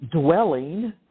dwelling